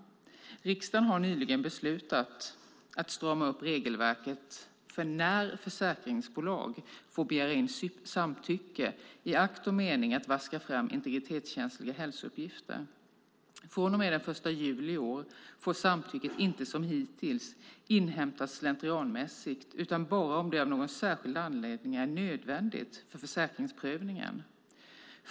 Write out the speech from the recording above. Riksdagen har nyligen beslutat att strama upp regelverket för när försäkringsbolag får begära in samtycke i akt och mening att vaska fram integritetskänsliga hälsouppgifter. Från och med den första juli i år får samtycket inte som hittills inhämtas slentrianmässigt utan bara om det av någon särskild anledning är nödvändigt för försäkringsprövningen.